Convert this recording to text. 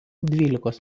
dvylikos